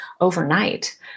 overnight